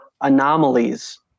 anomalies